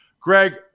Greg